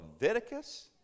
Leviticus